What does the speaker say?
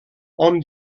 hom